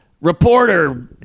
reporter